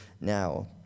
now